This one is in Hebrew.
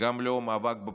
וגם לא מאבק בפקקים.